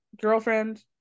girlfriend